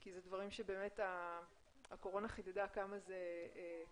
כי זה דברים שבאמת הקורונה חידדה כמה זה קריטי